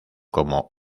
como